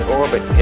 orbit